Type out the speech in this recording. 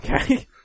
Okay